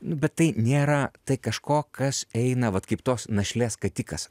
nu bet tai nėra tai kažko kas eina vat kaip tos našlės skatikas